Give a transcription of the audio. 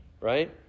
Right